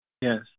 Yes